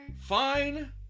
Fine